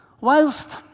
Whilst